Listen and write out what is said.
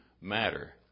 matter